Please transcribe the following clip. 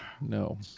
No